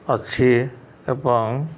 ଅଛି ଏବଂ